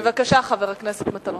בבקשה, חבר הכנסת מטלון.